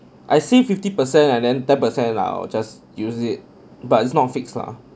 I see fifty per cent and then ten percent lah just use it but it's not fix lah